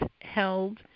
held